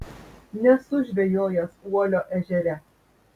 nesu žvejojęs uolio ežere